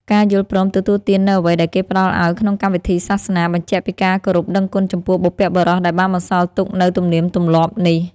ការយល់ព្រមទទួលទាននូវអ្វីដែលគេផ្តល់ឱ្យក្នុងកម្មវិធីសាសនា បញ្ជាក់ពីការគោរពដឹងគុណចំពោះបុព្វបុរសដែលបានបន្សល់ទុកនូវទំនៀមទម្លាប់នេះ។